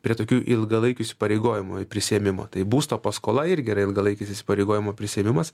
prie tokių ilgalaikių įsipareigojimų prisiėmimo taip būsto paskola irgi yra ilgalaikis įsipareigojimų prisiėmimas